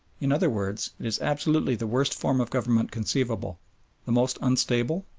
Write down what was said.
in other words, it is absolutely the worst form of government conceivable the most unstable,